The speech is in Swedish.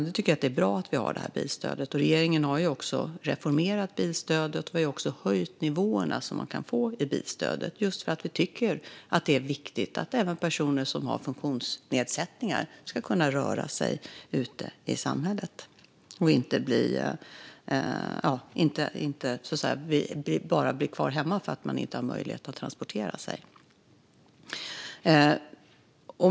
Jag tycker att det är bra att vi har det stödet. Regeringen har också reformerat bilstödet. Vi har höjt nivåerna som man kan få i bilstöd just därför att vi tycker att det är viktigt att även personer som har funktionsnedsättningar ska kunna röra sig ute i samhället och inte bli kvar hemma för att man inte har möjlighet att transportera sig.